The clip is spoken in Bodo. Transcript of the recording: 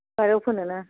बारियाव फोनोना